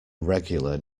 regular